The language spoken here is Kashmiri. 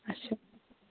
اَچھا